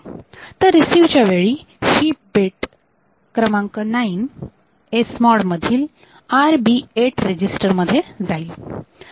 तर रिसिव्ह च्या वेळी ही बीट क्रमांक 9 ही SMOD मधील RB8 रेजिस्टर मध्ये जाईल